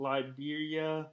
Liberia